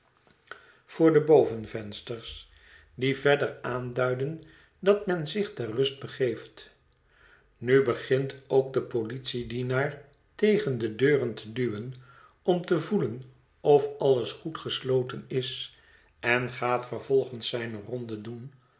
voor de bovenvensters die verder aanduiden dat men zich ter rust begeeft nu begint ook de politiedienaar tegen de deuren te duwen om te voelen of alles goed gesloten is en gaat vervolgens zijne ronde doen